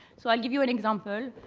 so i'll give you an example.